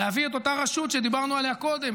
להביא את אותה רשות שדיברנו עליה קודם,